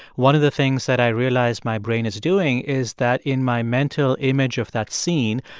one of the things that i realize my brain is doing is that in my mental image of that scene,